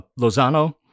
Lozano